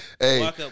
Hey